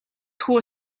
хүү